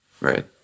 Right